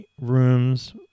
rooms